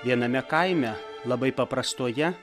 viename kaime labai paprastoje